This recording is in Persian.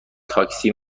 تاکسی